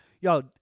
Yo